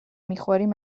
میخوریم